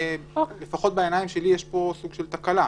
לפחות בעיניים שלי, יש פה סוג של תקלה,